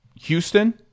Houston